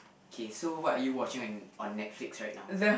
K so what are you watching on on Netflix right now